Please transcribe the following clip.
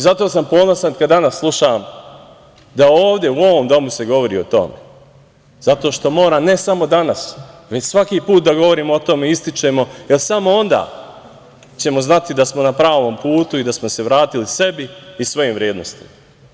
Zato sam ponosan kada danas slušam da ovde u ovom domu se govori o tome, zato što mora ne samo danas, već svaki put da govorimo o tome i ističemo, jer samo onda ćemo znati da smo na pravom putu i da smo se vratili sebi i svojim vrednostima.